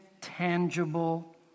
tangible